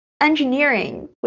engineering